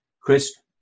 Chris